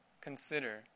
consider